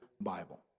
Bible